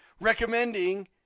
recommending